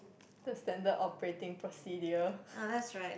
the Standard operating procedure